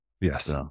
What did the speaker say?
Yes